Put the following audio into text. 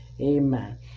Amen